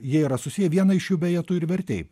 jie yra susiję vieną iš jų beje tu ir vertei